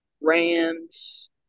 Rams